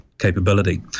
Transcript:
Capability